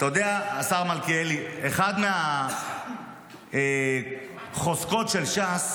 אתה יודע, השר מלכיאלי, אחת מהחוזקות של ש"ס,